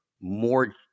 more